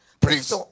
Please